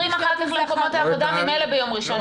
הם חוזרים אחר כך למקומות העבודה ממילא ביום ראשון,